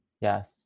Yes